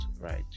Right